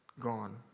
gone